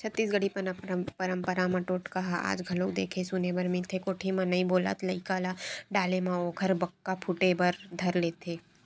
छत्तीसगढ़ी पंरपरा म टोटका ह आज घलोक देखे सुने बर मिलथे कोठी म नइ बोलत लइका ल डाले म ओखर बक्का फूटे बर धर लेथे